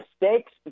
mistakes